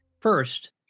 First